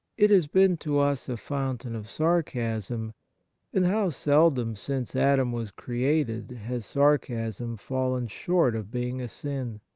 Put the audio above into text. it has been to us a fountain of sarcasm and how seldom since adam was created has sarcasm fallen short of being a sin!